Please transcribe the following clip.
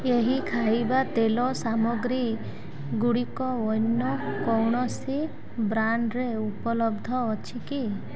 ଏହି ଖାଇବା ତେଲ ସାମଗ୍ରୀଗୁଡ଼ିକ ଅନ୍ୟ କୌଣସି ବ୍ରାଣ୍ଡ୍ରେ ଉପଲବ୍ଧ ଅଛି କି